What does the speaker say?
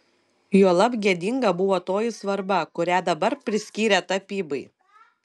juolab gėdinga buvo toji svarba kurią dabar priskyrė tapybai